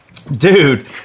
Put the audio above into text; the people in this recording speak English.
Dude